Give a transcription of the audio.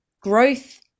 growth